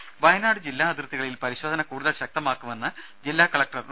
രുമ വയനാട് ജില്ലാ അതിർത്തികളിൽ പരിശോധന കൂടുതൽ ശക്തമാക്കുമെന്ന് ജില്ലാ കളക്ടർ ഡോ